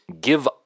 give